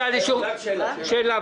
שאלה.